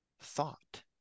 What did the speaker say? thought